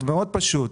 מאוד פשוט.